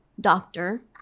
doctor